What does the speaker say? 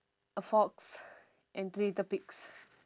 a fox and three little pigs